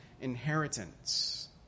inheritance